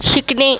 शिकणे